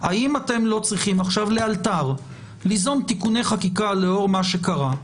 האם אתם לא צריכים עכשיו לאלתר ליזום תיקוני חקיקה לאור מה שקרה,